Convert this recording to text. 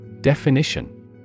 Definition